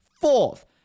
fourth